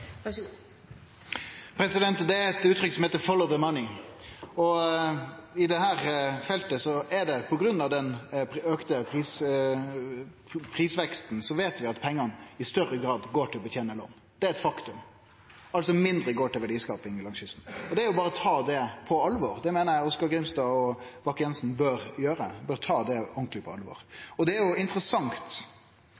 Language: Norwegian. Det er eit uttrykk som heiter «Follow the Money». På grunn av den auka prisveksten på dette feltet veit vi at pengane i større grad går til å betene lån, det er eit faktum – altså går mindre til verdiskaping langs kysten. Det er berre å ta det på alvor, det meiner eg at representantane Grimstad og Bakke-Jensen bør gjere, dei bør ta det ordentleg på alvor.